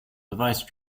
device